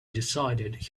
decided